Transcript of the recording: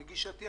לגישתי,